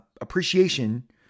appreciation